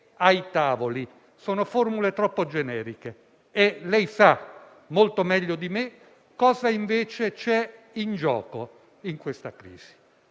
ai tavoli: sono formule troppo vaghe. Lei sa molto meglio di me cosa invece c'è in gioco in questa crisi.